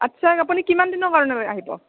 আচ্ছা আপুনি কিমান দিনৰ কাৰণে আহিব